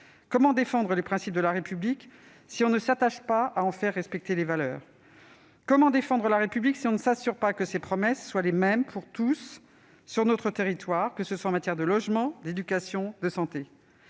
Comment défendre les principes de la République, si l'on ne s'attache pas à en faire respecter les valeurs ? Comment défendre la République, si l'on ne s'assure pas que ses promesses sont les mêmes pour tous sur notre territoire, que ce soit en matière de logement, d'éducation ou de santé ?